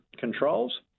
controls